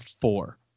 four